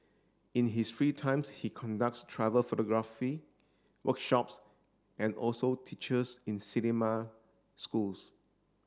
in his free time he conducts travel photography workshops and also teaches in cinema schools